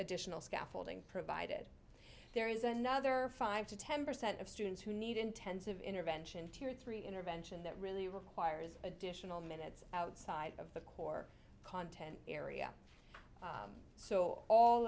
additional scaffolding provided there is another five to ten percent of students who need intensive intervention tier three intervention that really requires additional minutes outside of the core content area so all